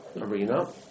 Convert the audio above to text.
arena